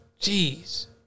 Jeez